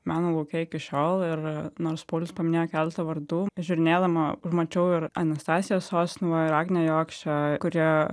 meno lauke iki šiol ir nors paulius paminėjo keletą vardų žiūrinėdama pamačiau ir anastazija sosunova ir agnė jokščė kuri